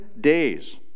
days